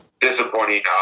disappointing